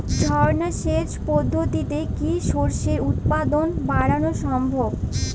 ঝর্না সেচ পদ্ধতিতে কি শস্যের উৎপাদন বাড়ানো সম্ভব?